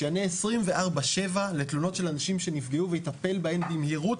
שיענה 24/7 לתלונות של אנשים שנפגעו ויטפל בהן במהירות,